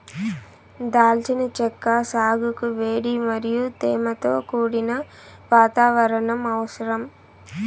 దాల్చిన చెక్క సాగుకు వేడి మరియు తేమతో కూడిన వాతావరణం అవసరం